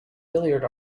billiard